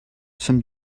some